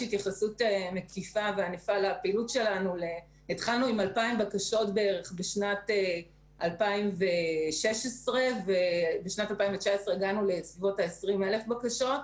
התחלנו עם 2,000 בקשות בשנת 2019 ובשנת 2019 הגענו ל-20,000 בקשות.